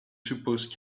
suppose